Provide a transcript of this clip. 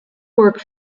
work